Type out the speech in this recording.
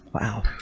wow